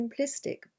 simplistic